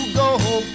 go